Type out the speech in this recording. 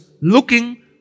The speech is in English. looking